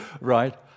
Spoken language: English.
right